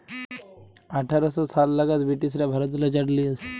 আঠার শ সাল লাগাদ বিরটিশরা ভারতেল্লে চাঁট লিয়ে আসে